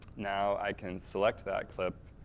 now, i can select that clip,